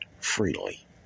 freely